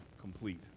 complete